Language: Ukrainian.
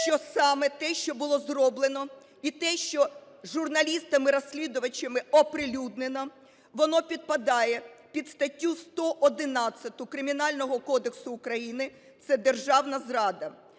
що саме те, що було зроблено, і те, що журналістами-розслідувачами оприлюднено, воно підпадає під статтю 111 Кримінального кодексу України – це державна зрада.